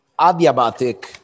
adiabatic